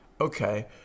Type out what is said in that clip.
Okay